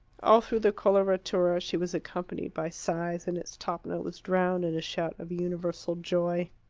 all through the coloratura she was accompanied by sighs, and its top note was drowned in a shout of universal joy.